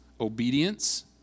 obedience